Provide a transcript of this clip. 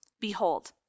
Behold